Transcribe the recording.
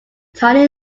tiny